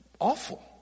Awful